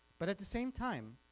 but at the same time,